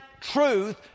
truth